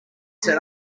set